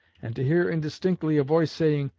and to hear indistinctly a voice saying,